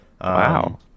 Wow